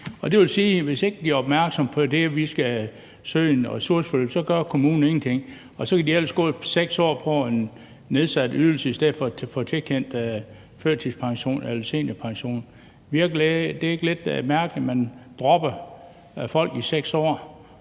det vil sige, at hvis ikke de er opmærksomme på, at de skal søge et ressourceforløb, gør kommunen ingenting, og så kan de ellers gå 6 år på en nedsat ydelse i stedet for at få tilkendt førtidspension eller seniorpension. Virker det ikke lidt mærkeligt, at man dropper folk i 6 år